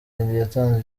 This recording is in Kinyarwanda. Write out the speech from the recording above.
yatanze